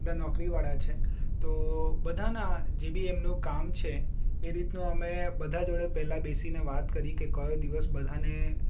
બધા નોકરી વાળા છે તો બધાના જેબી એમનું કામ છે એ રીતનું અમે બધા જોડે પહેલા બેસીને વાત કરી કે કયો દિવસ બધાને